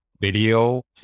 video